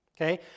okay